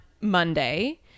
monday